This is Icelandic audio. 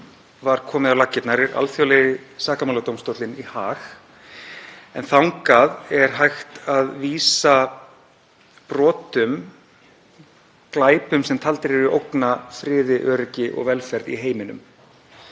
var komið á laggirnar er Alþjóðlegi sakamáladómstóllinn í Haag en þangað er hægt að vísa brotum; glæpum sem taldir eru ógna friði, öryggi og velferð í heiminum.